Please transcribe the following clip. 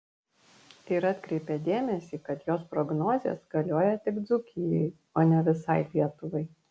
ir atkreipė dėmesį kad jos prognozės galioja tik dzūkijai o ne visai lietuvai